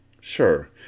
Sure